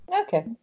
okay